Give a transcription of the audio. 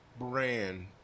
brand